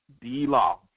D-Law